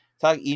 talk